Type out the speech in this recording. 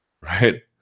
Right